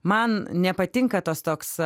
man nepatinka tas toks